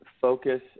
focus